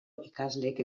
ikasleek